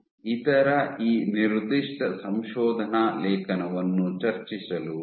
ಮತ್ತು ಇತರ ಈ ನಿರ್ದಿಷ್ಟ ಸಂಶೋಧನಾ ಲೇಖನವನ್ನು ಚರ್ಚಿಸಲು ಬಯಸುತ್ತೇನೆ